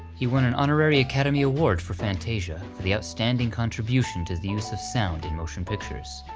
he won an honorary academy award for fantasia, for the outstanding contribution to the use of sound in motion pictures.